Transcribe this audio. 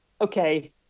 okay